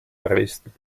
dresden